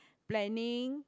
planning